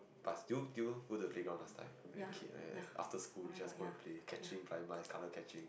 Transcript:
but still still go to the playground last time as a kid like after school we just go and play play catching blind mice color catching